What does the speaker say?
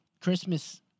Christmas